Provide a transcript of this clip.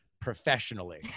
Professionally